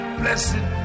blessed